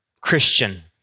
Christian